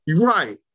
Right